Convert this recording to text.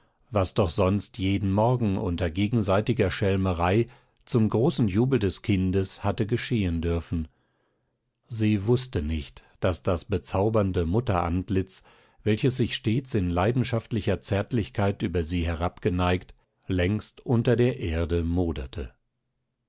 was doch sonst jeden morgen unter gegenseitiger schelmerei zum großen jubel des kindes hatte geschehen dürfen sie wußte nicht daß das bezaubernde mutterantlitz welches sich stets in leidenschaftlicher zärtlichkeit über sie herabgeneigt längst unter der erde moderte